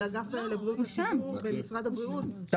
אגף לבריאות הציבור במשרד הבריאות.